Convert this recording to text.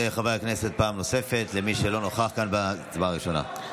פעם נוספת עבור מי שלא נכח בהצבעה הראשונה.